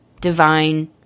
divine